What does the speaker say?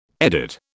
Edit